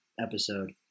episode